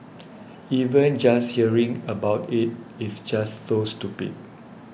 even just hearing about it is just so stupid